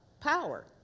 power